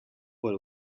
por